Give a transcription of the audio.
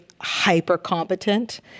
hyper-competent